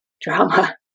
drama